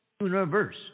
universe